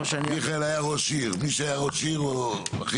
מיכאל היה ראש עיר, מי שהיה ראש עיר הוא הכי